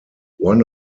one